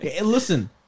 Listen